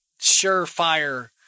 surefire